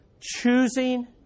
Choosing